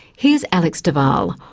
here's alex de waal,